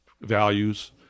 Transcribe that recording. values